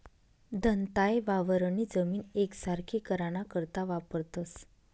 दंताये वावरनी जमीन येकसारखी कराना करता वापरतंस